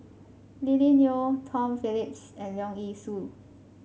Lily Neo Tom Phillips and Leong Yee Soo